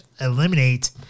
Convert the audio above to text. eliminate